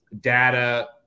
data